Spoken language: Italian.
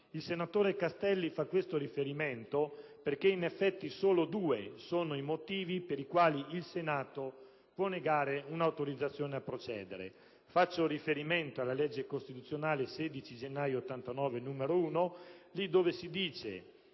Il senatore Castelli faceva questo riferimento perché, in effetti, solo due sono i motivi per cui il Senato può negare un'autorizzazione a procedere. Faccio riferimento alla legge costituzionale 16 gennaio 1989, n. 1, laddove si dice